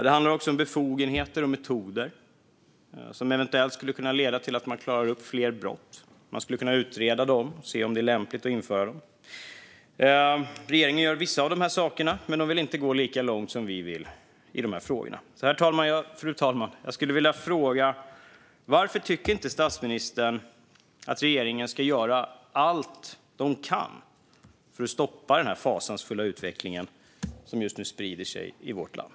Det handlar också om befogenheter och metoder som eventuellt skulle kunna leda till att man klarar upp fler brott. Man skulle kunna utreda dessa metoder och se om det är lämpligt att införa dem. Fru talman! Regeringen gör vissa av de här sakerna, men de vill inte gå lika långt som vi vill i de här frågorna. Jag skulle därför vilja fråga: Varför tycker inte statsministern att regeringen ska göra allt den kan för att stoppa den fasansfulla utveckling som just nu sprider sig i vårt land?